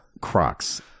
Crocs